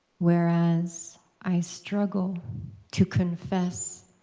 whereas i struggle to confess